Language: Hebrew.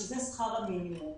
שזה שכר המינימום.